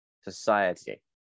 society